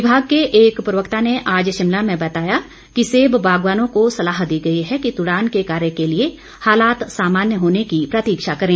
विमाग के एक प्रवक्ता ने आज शिमला में बताया कि सेब बागवानों को सलाह दी गई है कि तुड़ान के कार्य के लिए हालात सामान्य होने की प्रतीक्षा करें